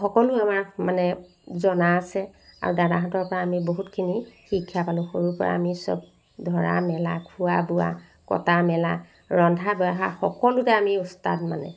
সকলো আমাৰ মানে জনা আছে আৰু দাদাহঁতৰ পৰা আমি বহুতখিনি শিক্ষা পালো সৰুৰ পৰা আমি চব ধৰা মেলা খোৱা বোৱা কটা মেলা ৰন্ধা বঢ়া সকলোতে আমি উস্তাদ মানে